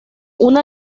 una